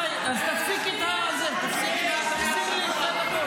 די, אז תפסיק את הזה, תחזיר לי את הדקות.